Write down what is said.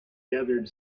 gathered